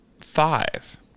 five